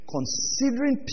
Considering